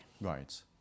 Right